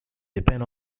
depend